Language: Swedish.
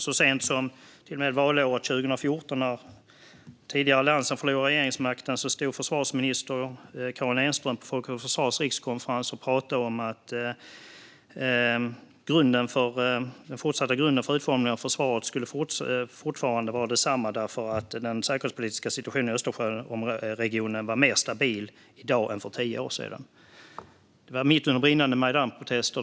Så sent som valåret 2014, när den tidigare Alliansen förlorade regeringsmakten, stod försvarsministern Karin Enström på Folk och Försvars rikskonferens och talade om att grunden för utformningen av försvaret fortfarande skulle vara densamma, eftersom den säkerhetspolitiska situationen i Östersjöregionen var mer stabil då än för tio år sedan. Det var mitt under brinnande Majdanprotester.